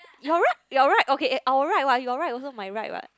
your right your right okay our right what your right also my right what